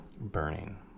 Burning